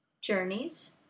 Journeys